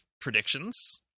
predictions